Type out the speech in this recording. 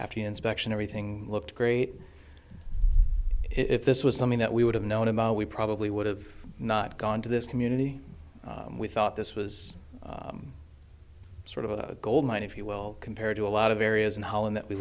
after the inspection everything looked great if this was something that we would have known about we probably would have not gone to this community we thought this was sort of a gold mine if you will compared to a lot of areas in holland that we